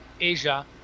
asia